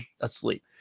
asleep